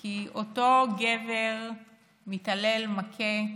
כי אותו גבר מתעלל, מכה,